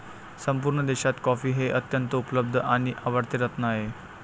संपूर्ण देशात कॉफी हे अत्यंत उपलब्ध आणि आवडते रत्न आहे